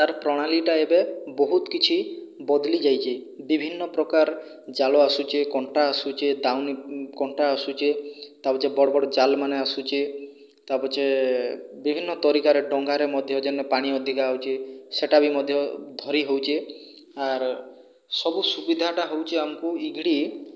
ତାର୍ ପ୍ରଣାଳୀଟା ଏବେ ବହୁତ କିଛି ବଦଲି ଯାଇଛେ ବିଭିନ୍ନ ପ୍ରକାର ଜାଲ ଆସୁଛେ କଣ୍ଟା ଆସୁଛେ ତାଙ୍କର୍ କଣ୍ଟା ଆସୁଛେ ତା ପଛେ ବଡ଼ ବଡ଼ ଜାଲ ମାନେ ଆସୁ ତା ପଛେ ବିଭିନ୍ନ ତରିକାରେ ଡଙ୍ଗାରେ ମଧ୍ୟ ଯେନେ ପାଣି ଅଧିକା ହଉଛେ ସେଟାବି ମଧ୍ୟ ଧରି ହଉଛେ ଆର୍ ସବୁ ସୁବିଧାଟା ହଉଛେ ଆମକୁ ଇଗିଡ଼ି